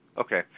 Okay